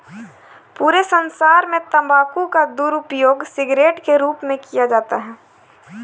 पूरे संसार में तम्बाकू का दुरूपयोग सिगरेट के रूप में किया जाता है